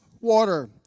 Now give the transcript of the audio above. water